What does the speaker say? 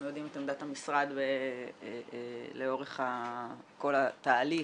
יודעים את עמדת המשרד לאורך כל התהליך,